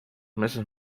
meses